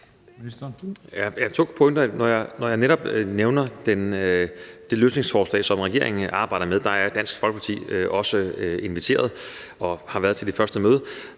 Heunicke): I forhold til det løsningsforslag, som regeringen arbejder med, er Dansk Folkeparti også inviteret og har været til det første møde